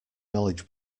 knowledge